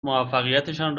موفقیتشان